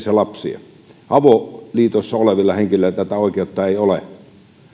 ja äidillä on yhteisiä lapsia avoliitossa olevilla henkilöillä tätä oikeutta ei ole